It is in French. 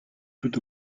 tout